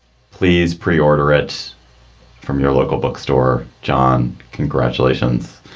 please preorder it from your local bookstore. john, congratulations.